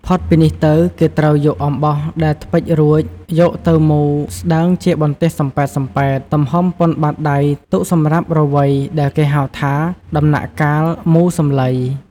ផុតពីនេះទៅគេត្រូវយកអំបោះដែលថ្ពេចរួចយកទៅមូរស្តើងជាបន្ទះសំប៉ែតៗទំហំប៉ុនបាតដៃទុកសម្រាប់រវៃដែលគេហៅថាដំណាក់កាលមូរសំឡី។